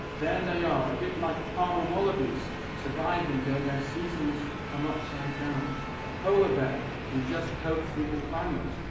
there they are, a bit like um wallabies surviving though their seasons come upside down a polar bear who just copes with the climate,